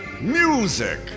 Music